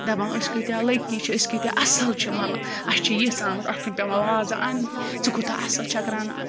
دَپان أسۍ کۭتیٛاہ لٔکی چھِ أسۍ کۭتیٛاہ اَصٕل چھِ مطلب اَسہِ چھِ یِژھ آمٕژ اَسہِ چھِنہٕ پٮ۪وان وازٕ اَننُے ژٕ کوٗتاہ اَصٕل چھَکھ رَنان